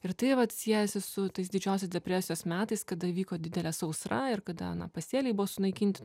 ir tai vat siejasi su tais didžiosios depresijos metais kada vyko didelė sausra ir kada na pasėliai buvo sunaikinti